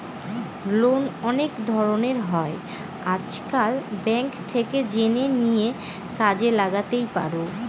loan অনেক ধরনের হয় আজকাল, ব্যাঙ্ক থেকে জেনে নিয়ে কাজে লাগাতেই পারো